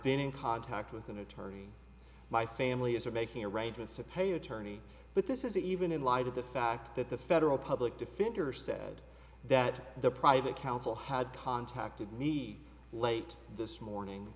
been in contact with an attorney my family is are making arrangements to pay attorney but this is even in light of the fact that the federal public defender said that the private counsel had contacted me late this morning